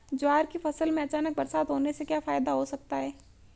ज्वार की फसल में अचानक बरसात होने से क्या फायदा हो सकता है?